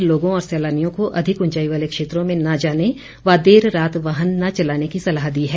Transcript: उपायुक्त ने लोगों और सैलानियों को अधिक उंचाई वाले क्षेत्रों में न जाने व देर रात वाहन न चलाने की सलाह दी है